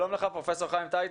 שלום לך, פרופ' חיים טייטלבאום.